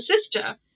sister